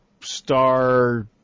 star